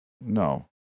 No